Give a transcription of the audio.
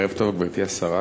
ערב טוב, גברתי השרה.